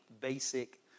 basic